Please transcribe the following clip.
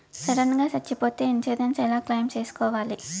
Sudden గా సచ్చిపోతే insurance ఎలా క్లెయిమ్ సేసుకోవాలి?